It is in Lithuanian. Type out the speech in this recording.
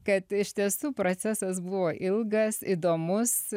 kad iš tiesų procesas buvo ilgas įdomus